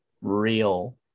Real